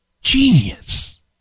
Genius